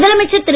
முதலமைச்சர் திரு